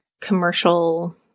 commercial